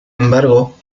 embargo